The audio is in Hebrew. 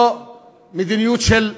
לא מדיניות של רווחה,